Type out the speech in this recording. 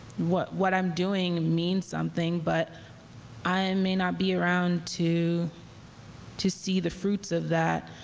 what what i'm doing means something. but i may not be around to to see the fruits of that.